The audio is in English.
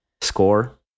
score